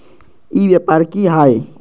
ई व्यापार की हाय?